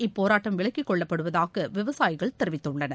இப்போராட்டம் விலக்கிக் கொள்ளப்படுவதாக விவசாயிகள் தெரிவித்துள்ளனர்